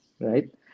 right